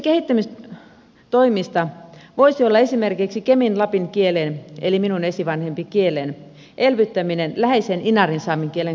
yksi kehittämistoimista voisi olla esimerkiksi keminlapin kielen eli minun esivanhempieni kielen elvyttäminen läheisen inarinsaamen kielen kautta